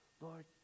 Lord